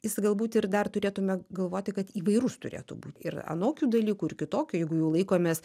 jis galbūt ir dar turėtume galvoti kad įvairus turėtų būt ir anokių dalykų ir kitokių jeigu jau laikomės